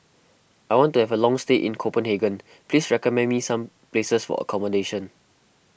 I want to have a long stay in Copenhagen please recommend me some places for accommodation